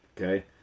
Okay